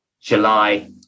July –